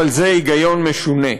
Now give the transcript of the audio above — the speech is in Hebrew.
אבל זה היגיון משונה.